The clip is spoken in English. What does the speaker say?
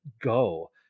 go